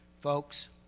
Folks